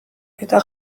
eta